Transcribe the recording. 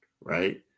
right